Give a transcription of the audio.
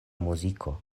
muziko